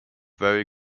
very